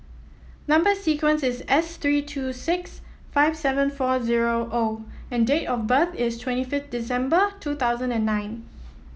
number sequence is S three two six five seven four zero O and date of birth is twenty fifth December two thousand and nine